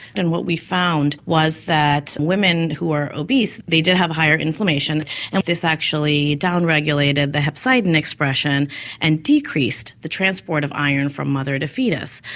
and what we found was that women who were obese, they did have a higher inflammation and this actually down-regulated the hepcidin expression and decreased the transport of iron from mother to foetus.